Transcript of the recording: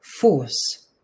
force